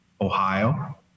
Ohio